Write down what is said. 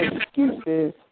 excuses